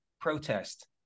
protest